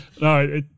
No